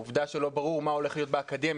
העובדה שלא ברור מה הולך לקרות באקדמיה,